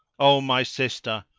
o my sister,